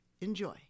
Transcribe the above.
Enjoy